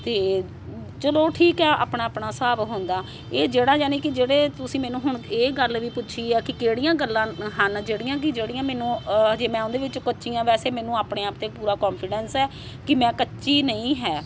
ਅਤੇ ਚਲੋ ਠੀਕ ਆ ਆਪਣਾ ਆਪਣਾ ਹਿਸਾਬ ਹੁੰਦਾ ਇਹ ਜਿਹੜਾ ਯਾਨੀ ਕਿ ਜਿਹੜੇ ਤੁਸੀਂ ਮੈਨੂੰ ਹੁਣ ਇਹ ਗੱਲ ਵੀ ਪੁੱਛੀ ਆ ਕਿ ਕਿਹੜੀਆਂ ਗੱਲਾਂ ਹਨ ਜਿਹੜੀਆਂ ਕਿ ਜਿਹੜੀਆਂ ਮੈਨੂੰ ਜੇ ਮੈਂ ਉਹਦੇ ਵਿੱਚ ਕੱਚੀ ਹਾਂ ਵੈਸੇ ਮੈਨੂੰ ਆਪਣੇ ਆਪ 'ਤੇ ਪੂਰਾ ਕੋਨਫਾਡੈਂਸ ਹੈ ਕਿ ਮੈਂ ਕੱਚੀ ਨਹੀਂ ਹੈ